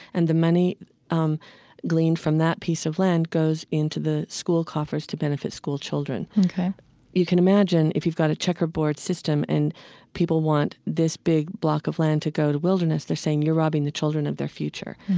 and the money um gleaned from that piece of land goes into the school coffers to benefit schoolchildren ok you can imagine if you've got a checkerboard system and people want this big block of land to go to wilderness, they're saying, you're robbing the children of their future.